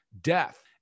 death